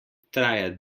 traja